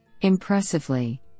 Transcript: Impressively